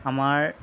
আমাৰ